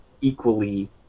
equally